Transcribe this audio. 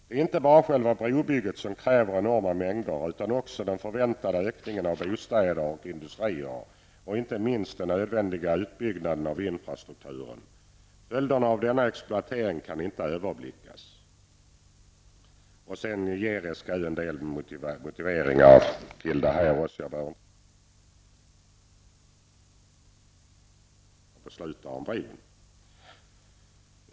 Det är inte bara själva brobygget som kräver enorma mängder, utan också den förväntade ökningen av bostäder och industrier samt inte minst den nödvändiga utbyggnaden av infrastrukturen. Följderna av denna exploatering kan inte överblickas. SGU gör en del kommentarer till detta. Jag behöver inte gå in ytterligare på dem. Jag tycker att man kunde ha begärt att få svar på de här frågorna innan man beslutar om bron.